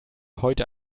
heute